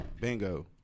Bingo